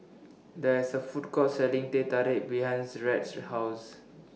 There IS A Food Court Selling Teh Tarik behind Rhett's House